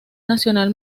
nacional